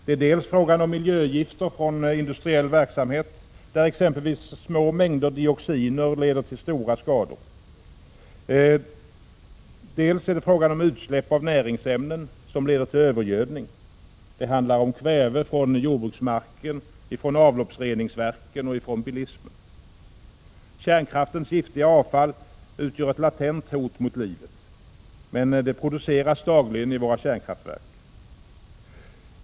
Det är dels fråga om miljögifter från industriell verksamhet, där exempelvis små mängder dioxiner leder till stora skador, dels fråga om utsläpp av näringsämnen som leder till övergödning. Det handlar om kväve från jordbruksmarken, från avloppsreningsverken och från bilismen. Kärnkraftens giftiga avfall utgör ett latent hot mot livet. Men det produceras dagligen i våra kärnkraftverk.